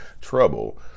Trouble